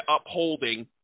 upholding